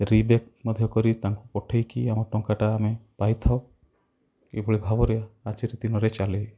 re-back ମଧ୍ୟ କରି ତାଙ୍କୁ ପଠାଇକି ଆମ ଟଙ୍କାଟା ଆମେ ପାଇଥାଉ ଏହିଭଳି ଭାବରେ ଆଜିର ଦିନରେ ଚାଲେ